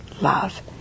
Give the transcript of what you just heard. love